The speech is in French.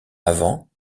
avant